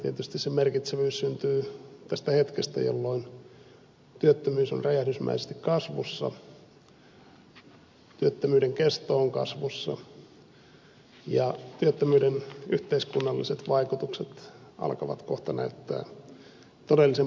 tietysti sen merkitsevyys syntyy tästä hetkestä jolloin työttömyys on räjähdysmäisesti kasvussa työttömyyden kesto on kasvussa ja työttömyyden yhteiskunnalliset vaikutukset alkavat kohta näyttää todellisen puolensa